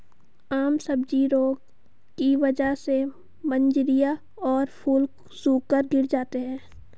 आम सब्जी रोग की वजह से मंजरियां और फूल सूखकर गिर जाते हैं